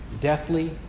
deathly